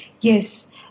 Yes